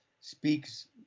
speaks